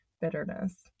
bitterness